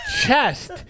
chest